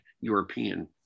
European